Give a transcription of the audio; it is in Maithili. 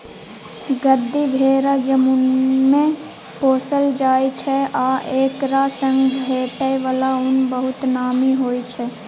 गद्दी भेरा जम्मूमे पोसल जाइ छै आ एकरासँ भेटै बला उन बहुत नामी होइ छै